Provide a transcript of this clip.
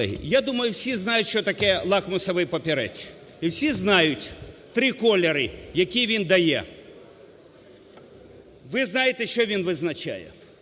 Я думаю?, всі знають, що таке лакмусовий папірець. І всі знають три кольори, які він дає, ви знаєте, що він визначає.